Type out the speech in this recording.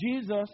Jesus